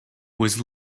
was